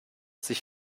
sich